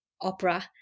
opera